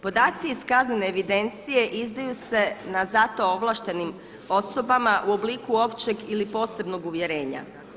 Podaci iz kaznene evidencije izdaju se na zato ovlaštenim osobama u obliku općeg ili posebnog uvjerenja.